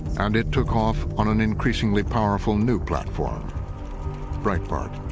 and it took off on an increasingly powerful new platform breitbart.